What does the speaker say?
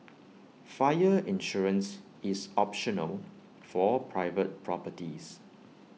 fire insurance is optional for private properties